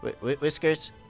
Whiskers